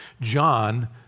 John